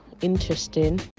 interesting